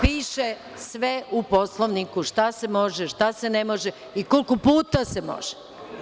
Piše sve u Poslovniku, šta se može, šta se ne može i koliko puta se može.